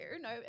No